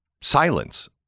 silence